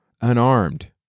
unarmed